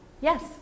yes